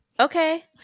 okay